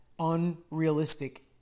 unrealistic